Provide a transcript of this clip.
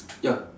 ya